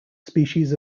species